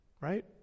right